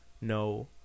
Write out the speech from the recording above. no